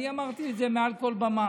אני אמרתי את זה מעל כל במה.